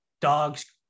dog's